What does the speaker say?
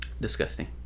Disgusting